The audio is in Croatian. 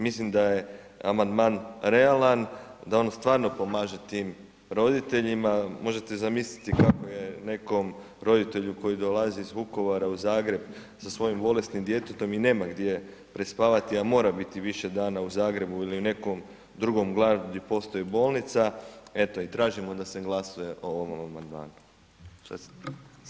Mislim da je amandman realan, da on stvarno pomaže tim roditeljima, možete zamisliti kako je nekom roditelju koji dolazi iz Vukovara u Zagreb sa svojim bolesnim djetetom i nema gdje prespavati, a mora biti više dana u Zagrebu ili nekom drugom gradu gdje postoji bolnica, eto i tražimo da se glasuje o ovom amandmanu.